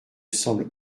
semble